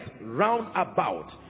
roundabout